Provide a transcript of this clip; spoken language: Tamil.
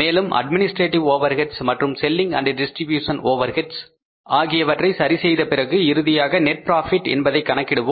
மேலும் அட்மினிஸ்ட்ரேடிவ் ஓவர் ஹெட்ஸ் மற்றும் selling and distribution overheads Selling Distribution overheads ஆகியவற்றை சரிசெய்த பிறகு இறுதியாக நெட் ப்ராபிட் என்பதை கணக்கிடுவோம்